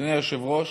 אדוני היושב-ראש,